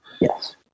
Yes